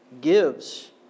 gives